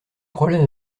problème